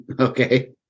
Okay